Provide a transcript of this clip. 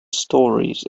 stories